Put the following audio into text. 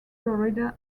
florida